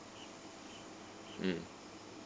mm